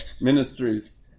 Ministries